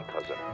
cousin